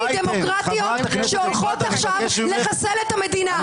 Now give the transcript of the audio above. דמוקרטיות שהולכות עכשיו לחסל את המדינה.